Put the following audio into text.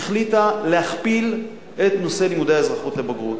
החליטה להכפיל את נושא לימודי האזרחות לבגרות,